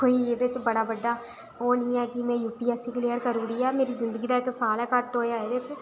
कोई एह्दे च बड़ा बड्डा ओह् नेईं ऐ कि में U P S C clear करी ओड़ी